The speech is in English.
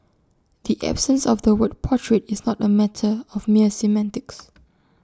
the absence of the word portrayed is not A matter of mere semantics